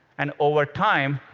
and over time,